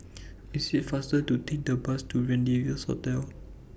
IT IS faster to Take The Bus to Rendezvous Hotel